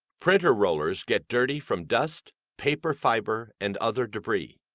printer rollers get dirty from dust, paper fiber, and other debris.